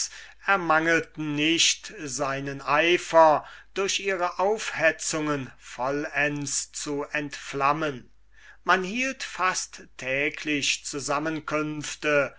ermangelten nicht seinen eifer durch ihre aufstiftungen vollends zu entflammen man hielt fast täglich zusammenkünfte